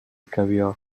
caviar